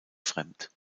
fremd